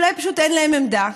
אולי פשוט אין להם עמדה,